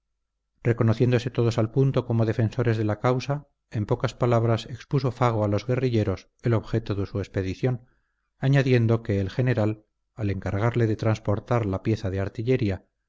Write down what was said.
reconociéndose todos al punto como defensores de la causa en pocas palabras expuso fago a los guerrilleros el objeto de su expedición añadiendo que el general al encargarle de transportar la pieza de artillería